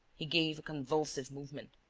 he gave a convulsive movement.